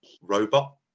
robot